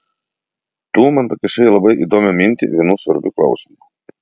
tu man pakišai labai įdomią mintį vienu svarbiu klausimu